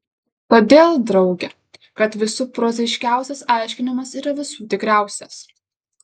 todėl drauge kad visų prozaiškiausias aiškinimas yra visų tikriausias